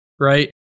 Right